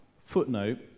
footnote